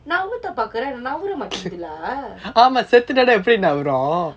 நான் ஊத்த பாக்குறேன் நாவூற மாட்டுது:naan utha paarkuren navura maattuthu lah